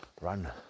run